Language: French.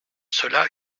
cela